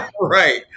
Right